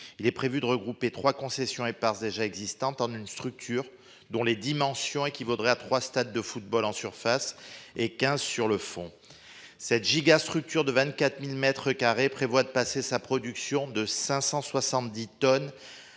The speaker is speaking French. Il est prévu de regrouper 3 concessions et par déjà existantes, en une structure dont les dimensions équivaudrait à 3 stades de football en surface et 15 sur le fond cette gigas structure de 24.000 m2 prévoit de passer sa production de 570 tonnes